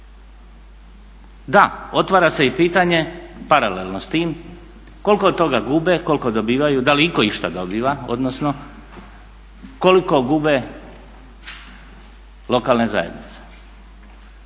Da, otvara se i pitanje paralelno s tim koliko toga gube, koliko dobivaju, da li itko išta dobiva odnosno koliko gube lokalne zajednice?